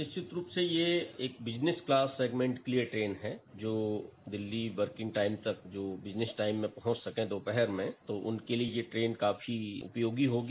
निश्चित रूप से यह एक बिजनेस क्लास सेंगमेंट के लिये ट्रेन है जो दिल्ली वर्किंग टाइम तक जो बिजनेस टाइम में पहुंच सके दोपहर में तो उनके लिये यह ट्रेन काफी उपयोगी होगी